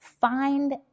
find